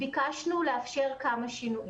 ביקשנו לאפשר כמה שינויים.